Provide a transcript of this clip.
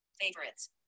Favorites